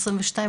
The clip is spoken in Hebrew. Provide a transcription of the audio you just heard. בן 22,